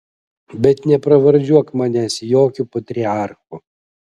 bet nepravardžiuok manęs jokiu patriarchu